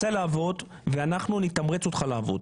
צא לעבוד, ואנחנו נתמרץ אותך לעבוד.